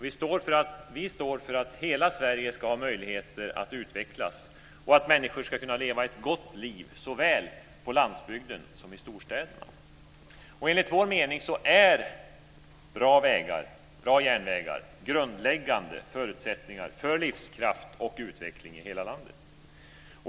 Vi står för att hela Sverige ska ha möjlighet att utvecklas och att människor ska kunna leva ett gott liv såväl på landsbygden som i storstäderna. Enligt vår mening är bra vägar och bra järnvägar grundläggande förutsättningar för livskraft och utveckling i hela landet.